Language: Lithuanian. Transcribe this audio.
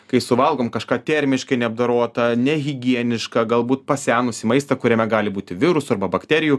kai suvalgom kažką termiškai neapdorotą nehigienišką galbūt pasenusį maistą kuriame gali būti virusų arba bakterijų